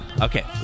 Okay